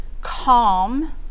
calm